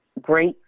great